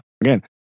again